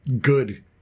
good